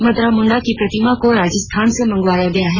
मदरा मुंडा की प्रतिमा को राजस्थान से मंगवाया गया है